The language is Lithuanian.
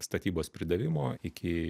statybos pridavimo iki